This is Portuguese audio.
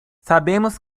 sabemos